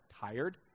tired